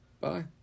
Bye